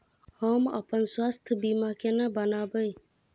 हम अपन स्वास्थ बीमा केना बनाबै?